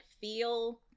feel